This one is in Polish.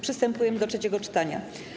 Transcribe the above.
Przystępujemy do trzeciego czytania.